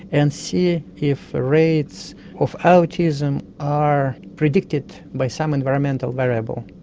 and see if rates of autism are predicted by some environmental variable.